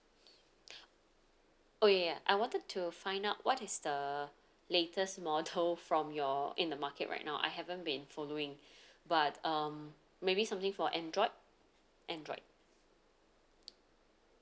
oh ya I wanted to find out what is the latest model from your in the market right now I haven't been following but um maybe something for android android